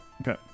Okay